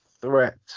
threat